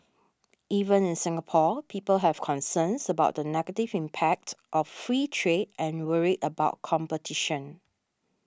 even in Singapore people have concerns about the negative impact of free trade and worry about competition